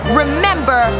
remember